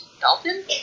Dalton